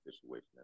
situation